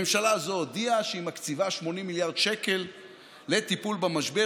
הממשלה הזאת הודיעה שהיא מקציבה 80 מיליארד שקל לטיפול במשבר.